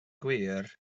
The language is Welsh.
gwir